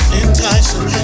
enticing